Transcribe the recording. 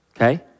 okay